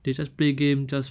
they just play game just